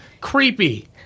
Creepy